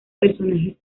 personajes